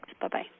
Bye-bye